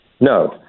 No